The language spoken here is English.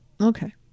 Okay